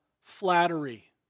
flattery